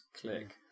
click